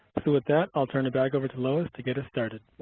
so with that i'll turn it back over to lois to get us started.